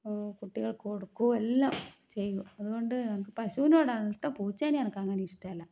കുട്ടികൾക്ക് കൊടുക്കാം എല്ലാം ചെയ്യും അതുകൊണ്ട് പശൂനോടാണ് ഇഷ്ട്ടം പൂച്ചേനെ എനിക്ക് അങ്ങനെ ഇഷ്ടമല്ല